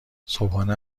صبحانه